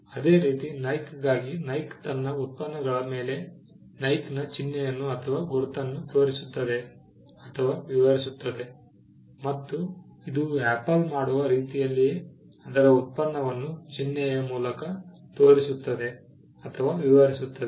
ಅದೇ ರೀತಿ ನೈಕ್ಗಾಗಿ ನೈಕ್ ತನ್ನ ಉತ್ಪನ್ನಗಳ ಮೇಲೆ ನೈಕ್ ನ ಚಿನ್ನೆಯನ್ನು ಅಥವಾ ಗುರುತನ್ನು ತೋರಿಸುತ್ತದೆ ಅಥವಾ ವಿವರಿಸುತ್ತದೆ ಮತ್ತು ಇದು ಆಪಲ್ ಮಾಡುವ ರೀತಿಯಲ್ಲಿಯೇ ಅದರ ಉತ್ಪನ್ನವನ್ನು ಚಿಹ್ನೆಯ ಮೂಲಕ ತೋರಿಸುತ್ತದೆ ಅಥವಾ ವಿವರಿಸುತ್ತದೆ